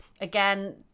Again